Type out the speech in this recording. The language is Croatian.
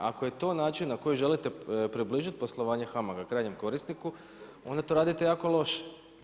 Ako je to način na koji želite približiti poslovanje HAMAG-a krajnjem korisniku, onda to radite jako loše.